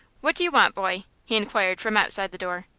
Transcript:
what do you want, boy? he inquired from outside the door.